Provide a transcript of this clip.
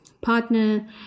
partner